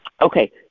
Okay